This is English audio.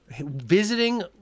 Visiting